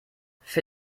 für